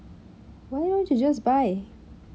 why don't you just buy